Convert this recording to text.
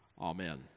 Amen